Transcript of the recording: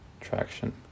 traction